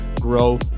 grow